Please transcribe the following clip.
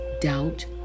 doubt